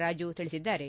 ರಾಜು ತಿಳಿಸಿದ್ದಾರೆ